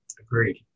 Agreed